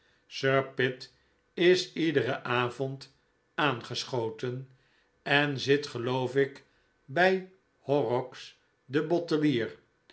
sir pitt is iederen avond aangeschoten en zit geloof ik bij horrocks den bottelier